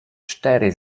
cztery